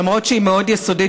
למרות שהיא מאוד יסודית,